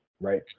Right